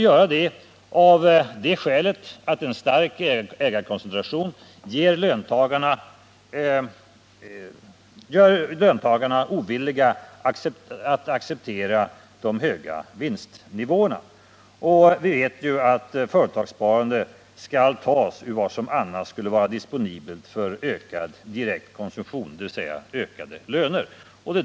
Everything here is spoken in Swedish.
Skälet är att en stark ägarkoncentration gör löntagarna ovilliga att acceptera höga vinstnivåer; vi vet ju att företagssparande skall tas ur vad som annars skulle vara disponibelt för ökad direkt konsumtion, dvs. ökade löner.